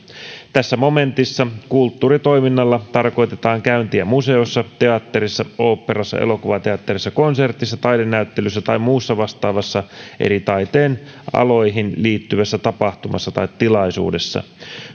tässä momentissa kulttuuritoiminnalla tarkoitetaan käyntiä museossa teatterissa oopperassa elokuvateatterissa konsertissa taidenäyttelyssä tai muussa vastaavassa eri taiteenaloihin liittyvässä tapahtumassa tai tilaisuudessa